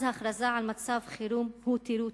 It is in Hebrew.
אז הכרזה על מצב חירום היא תירוץ,